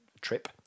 trip